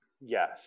Yes